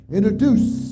Introduce